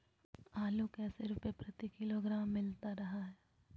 आलू कैसे रुपए प्रति किलोग्राम मिलता रहा है?